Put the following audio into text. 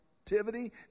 activity